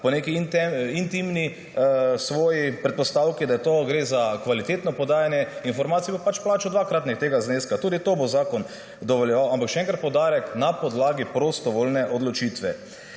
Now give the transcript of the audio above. po neki svoji intimni predpostavki, da gre za kvalitetno podajanje informacij, pač plača dvakratnik tega zneska. Tudi to bo zakon dovoljeval, ampak še enkrat poudarek, na podlagi prostovoljne odločitve.